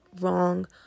wrong